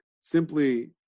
Simply